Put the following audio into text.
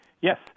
Yes